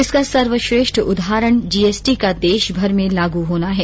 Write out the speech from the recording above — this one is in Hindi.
इसका सर्वश्रेष्ठ उदाहरण जीएसटी का देशभर में लागू होना है